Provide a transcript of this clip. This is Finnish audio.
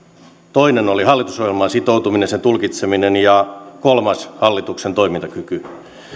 toinen oli hallitusohjelmaan sitoutuminen sen tulkitseminen ja kolmas oli hallituksen toimintakyky